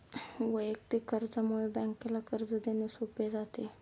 वैयक्तिक कर्जामुळे बँकेला कर्ज देणे सोपे जाते